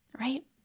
right